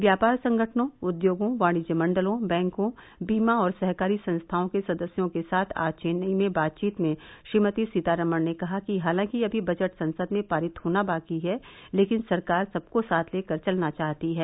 व्यापार संगठनों उद्योगों वाणिज्य मंडलों बैंकों बीमा और सहकारी संस्थाओं के सदस्यों के साथ आज चेन्नई में बातचीत में श्रीमती सीतारामन ने कहा कि हालांकि अभी बजट संसद में पारित होना बाकी है लेकिन सरकार सबको साथ लेकर चलना चाहती है